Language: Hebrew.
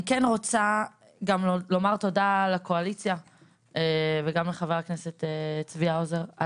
אני כן רוצה גם לומר תודה לקואליציה וגם לחה"כ צבי האוזר,